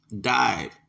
died